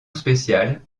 spéciale